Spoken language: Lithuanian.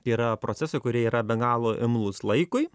yra procesai kurie yra be galo imlūs laikui